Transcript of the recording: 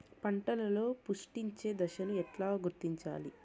పంటలలో పుష్పించే దశను ఎట్లా గుర్తించాలి?